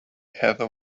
heather